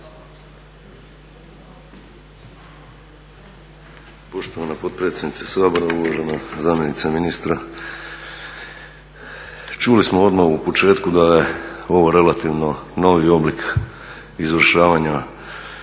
Poštovana potpredsjednice Sabora, uvažena zamjenice ministra. Čuli smo odmah u početku da je ovo relativno novi oblik izvršavanja